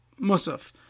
musaf